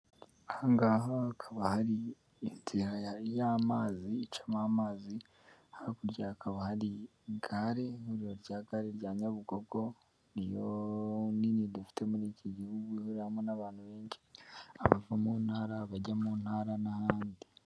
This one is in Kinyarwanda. Aha ngaha hakaba hari inzira y'amazi icamo amazi, hakurya hakaba hari gare ihuriro rya gare, rya Nyabugogo niyo nini dufite muri iki gihugu, ihuriramo n'abantu benshi abava mu ntara bajya mu ntara n'ahandi.